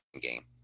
game